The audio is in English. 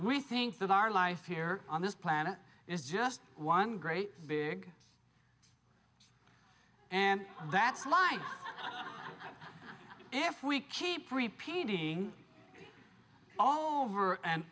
we think that our life here on this planet is just one great big and that's why if we keep repeating over and